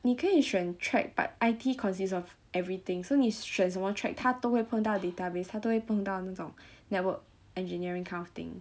你可以选 track but I_T consists of everything so 你选什么 track 他都会碰到 database 他都会碰到那种 network engineering kind of thing